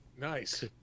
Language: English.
Nice